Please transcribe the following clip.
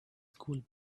school